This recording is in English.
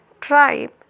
tribe